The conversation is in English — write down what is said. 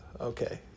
Okay